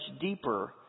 deeper